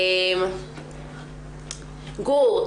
גור,